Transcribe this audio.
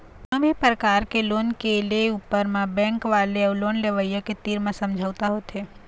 कोनो भी परकार के लोन के ले ऊपर म बेंक वाले अउ लोन लेवइया के तीर म समझौता होथे